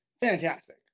fantastic